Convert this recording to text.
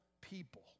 people